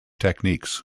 techniques